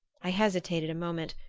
i hesitated a moment,